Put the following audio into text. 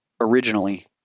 originally